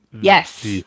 yes